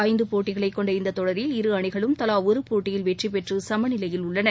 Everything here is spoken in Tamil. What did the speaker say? ஐந்து போட்டிகளைக் கொண்ட இந்தத் தொடரில் இரு அணிகளும் தலா ஒரு போட்டியில் வெற்றிபெற்று சமநிலையில் உள்ளன